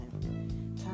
Time